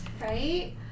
Right